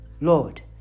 Lord